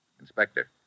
Inspector